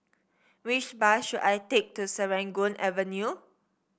which bus should I take to Serangoon Avenue